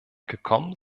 gekommen